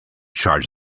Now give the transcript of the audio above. charge